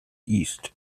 east